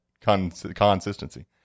consistency